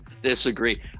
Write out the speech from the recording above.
disagree